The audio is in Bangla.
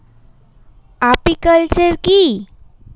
আপিকালচার কি?